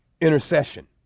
intercession